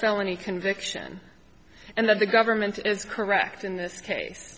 felony conviction and that the government is correct in this case